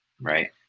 Right